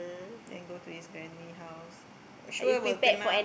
then go to his granny house sure will kena